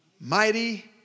mighty